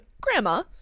Grandma